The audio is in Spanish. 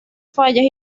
fallas